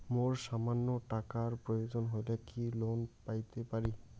মোর সামান্য টাকার প্রয়োজন হইলে কি লোন পাইতে পারি?